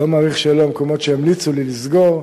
אני לא מעריך שאלה המקומות שימליצו לי לסגור,